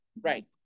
right